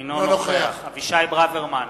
אינו נוכח אבישי ברוורמן,